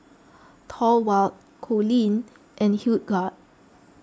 Thorwald Coleen and Hildegard